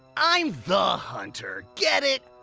i'm the hunter. get it?